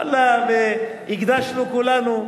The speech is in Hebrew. הקדשנו כולנו.